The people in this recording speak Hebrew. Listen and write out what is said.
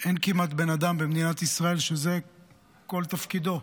אין כמעט בן אדם במדינת ישראל שזה כל תפקידו.